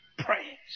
praise